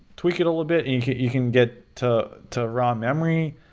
tweak it a little bit and you can get to to run memory.